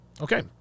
Okay